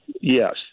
Yes